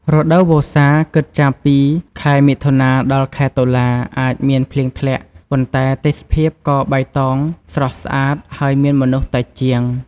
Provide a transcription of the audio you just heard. រដូវវស្សា គិតចាប់ពី ខែមិថុនា ដល់ខែ តុលា អាចមានភ្លៀងធ្លាក់ ប៉ុន្តែទេសភាពក៏បៃតងស្រស់ស្អាត ហើយមានមនុស្សតិចជាង។